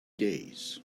days